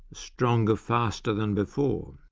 stronger, faster than before.